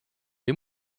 või